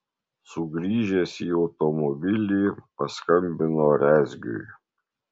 sugrįžęs į automobilį paskambino rezgiui